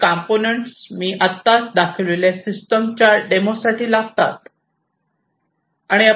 हे कॉम्पोनन्ट्स मी आत्ताच दाखविलेल्या सिस्टमच्या डेमो साठी लागतात